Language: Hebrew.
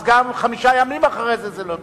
גם חמישה ימים אחרי ההחלטה היא לא טובה.